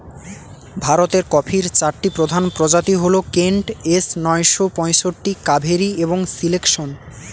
ভারতের কফির চারটি প্রধান প্রজাতি হল কেন্ট, এস নয়শো পঁয়ষট্টি, কাভেরি এবং সিলেকশন